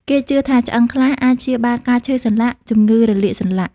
គេជឿថាឆ្អឹងខ្លាអាចព្យាបាលការឈឺសន្លាក់ ជំងឺរលាកសន្លាក់។